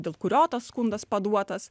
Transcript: dėl kurio tas skundas paduotas